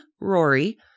Rory